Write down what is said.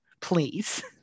please